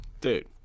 dude